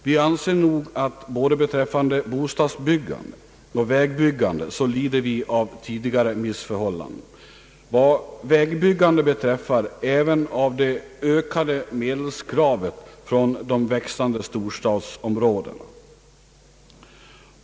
Vi anser nog att både beträffande bostadsbyggande och vägbyggande så lider vi av tidigare missförhållanden — på det senare området även av det ökade medelskravet från de växande storstadsområdena.